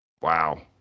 Wow